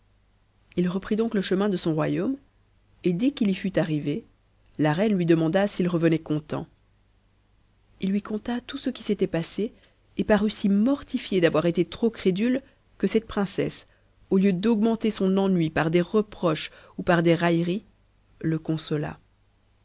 h reprit donc le chemin de son royaume et dès qu'il y fut arrivé la reine lui demanda s'il revenait content i lui conta tout ce qui s'était passé et parut si mortifié d'avoir été trop crédule que cette princesse au lieu d'augmenter son ennui par des reproches ou par des railleries ie consola